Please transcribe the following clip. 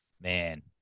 man